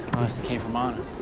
came from honor.